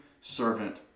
servant